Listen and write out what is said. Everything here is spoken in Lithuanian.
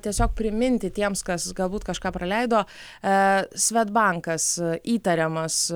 tiesiog priminti tiems kas gal būt kažką praleido svedbankas įtariamas